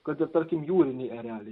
kad ir tarkim jūriniai ereliai